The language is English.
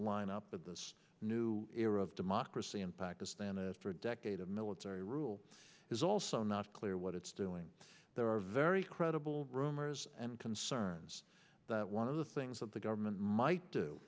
lineup with this new era of democracy in pakistan a decade of military rule is also not clear what it's doing there are very credible rumors and concerns that one of the things that the government might do